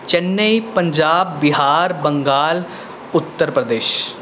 Chennai Punjab Bihar Bengal Uttar Pradesh